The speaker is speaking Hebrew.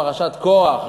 פרשת קורח,